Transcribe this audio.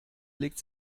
legt